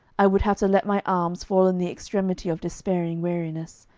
i would have to let my arms fall in the extremity of despairing weariness,